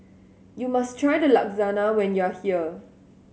you must try Lasagna when you are here